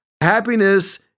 Happiness